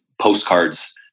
postcards